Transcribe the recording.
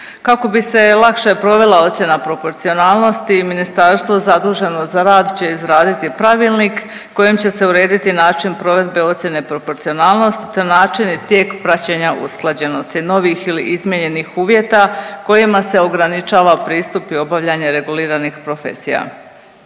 Kako bi se lakše provela ocjena proporcionalnosti ministarstvo zaduženo za rad će izraditi pravilnik kojim će se urediti način provedbe ocjene proporcionalnosti, te način i tijek praćenja usklađenosti novih ili izmijenjenih uvjeta kojima se ograničava pristup i obavljanje reguliranih profesija.